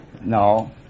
No